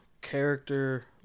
character